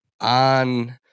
on